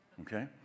okay